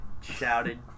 shouted